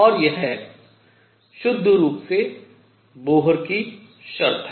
और यह शुद्ध रूप से बोहर की शर्त है